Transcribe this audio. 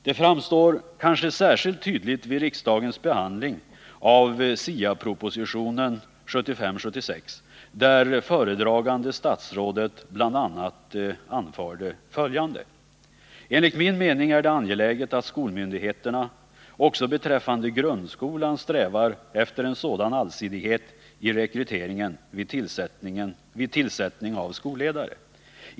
Det framstod särskilt tydligt vid riksdagens behandling av SIA-propositionen 1975/76:39, i vilken föredragande statsrådet anförde bl.a. följande: ”Enligt min mening är det angeläget att skolmyndigheterna också beträffande grundskolan strävar efter en sådan allsidighet i rekryteringen vid tillsättning av skolledare.